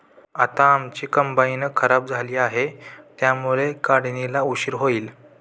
आता आमची कंबाइन खराब झाली आहे, त्यामुळे काढणीला उशीर होईल